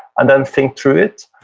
and then think through it,